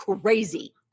crazy